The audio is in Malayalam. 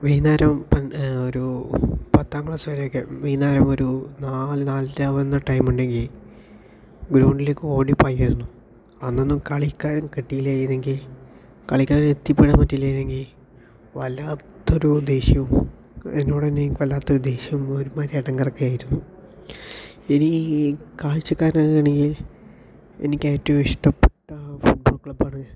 വൈകുന്നേരം ഒരു പന്തേ ഒരു പത്താം ക്ലാസ് വരെയൊക്കെ വൈകുന്നേരം ഒരു നാല് നാലരയൊക്കെ ആവുന്ന ടൈമ് ഉണ്ടങ്കി ഗ്രൗണ്ടിലേക്ക് ഓടി പായാർന്നു അന്നൊന്നും കളിക്കാരെ കിട്ടീലേരുന്നെങ്കി കളിക്കാരെ എത്തിപ്പെടാൻ പറ്റിലേർന്നെങ്കി വല്ലാത്തൊരു ദേഷ്യവും എന്നോട് തന്നെ എനിക്ക് വല്ലാത്തൊരു ദേഷ്യവും ഒരു മാതിരി എടങ്ങേറൊക്കെ ആയിരുന്നു ഇനി കാഴ്ചക്കാരനാണെങ്കിൽ എനിക്ക് ഏറ്റോം ഇഷ്ട്ടപെട്ട ഫുട്ബോൾ ക്ലബാണ്